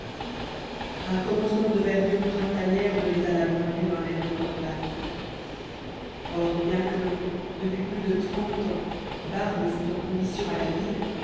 un commencement de verdure printanière donnait à la banlieue un air de campagne or bien que depuis plus de trente ans barbe fût en condition à la ville